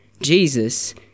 Jesus